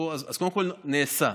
קודם כול, נעשה.